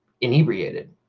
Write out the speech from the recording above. inebriated